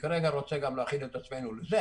וכרגע אני רוצה גם להכין את עצמנו לזה